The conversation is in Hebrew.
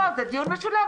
פה זה דיון משולב,